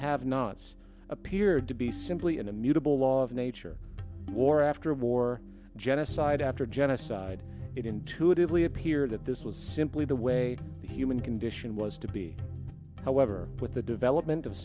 have nots appeared to be simply an immutable law of nature war after war genocide after genocide it intuitively appear that this was simply the way the human condition was to be however with the development of